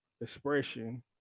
expression